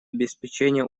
обеспечения